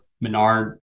Menard